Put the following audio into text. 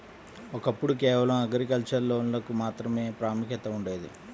ఒకప్పుడు కేవలం అగ్రికల్చర్ లోన్లకు మాత్రమే ప్రాముఖ్యత ఉండేది